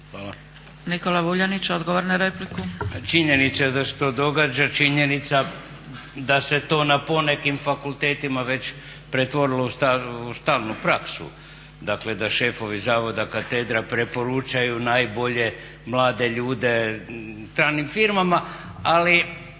**Vuljanić, Nikola (Nezavisni)** Činjenica da se to događa, činjenica da se to na ponekim fakultetima već pretvorilo u stalnu praksu. Dakle, da šefovi zavoda, katedra preporučaju najbolje mlade ljude stranim firmama. Ali